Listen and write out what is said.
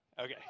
Okay